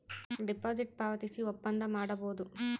deposit ಪಾವತಿಸಿ ಒಪ್ಪಂದ ಮಾಡಬೋದು